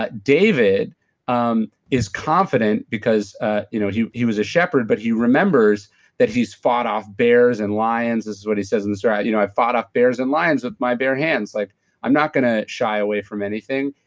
david um is confident because ah you know he he was a shepherd, but he remembers that he's fought off bears and lions. this is what he says in the story. i you know i fought off bears and lions with my bare hands like i'm not going to shy away from anything.